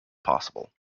possible